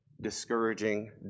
discouraging